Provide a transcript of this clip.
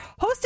hosted